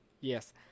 yes